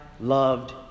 loved